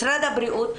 משרד הבריאות,